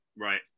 Right